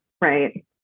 right